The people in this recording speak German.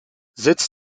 sitz